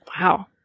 Wow